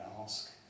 ask